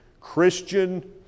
Christian